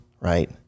right